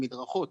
את המדרכות.